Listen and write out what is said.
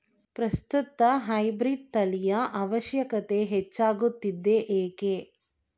ಪ್ರಸ್ತುತ ಹೈಬ್ರೀಡ್ ತಳಿಯ ಅವಶ್ಯಕತೆ ಹೆಚ್ಚಾಗುತ್ತಿದೆ ಏಕೆ?